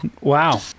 Wow